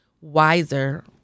wiser